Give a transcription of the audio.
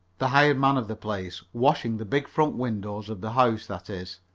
the hired man of the place, washing the big front windows of the house that is,